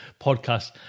podcast